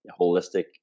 holistic